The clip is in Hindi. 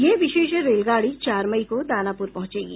ये विशेष रेलगाड़ी चार मई को दानापुर पहुंचेगी